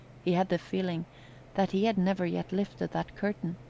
he had the feeling that he had never yet lifted that curtain.